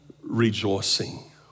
rejoicing